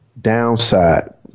downside